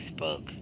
Facebook